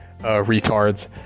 retards